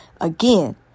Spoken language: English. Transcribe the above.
again